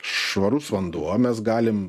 švarus vanduo mes galim